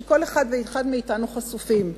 שכל אחד ואחד מאתנו חשופים לה.